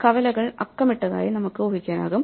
കവലകൾ അക്കമിട്ടതായി നമുക്ക് ഊഹിക്കാനാകും